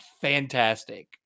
fantastic